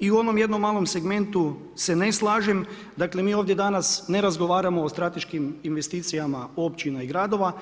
I u onom jednom malom segmentu se ne slažem, dakle mi ovdje danas ne razgovaramo o strateškim investicijama općina i gradova,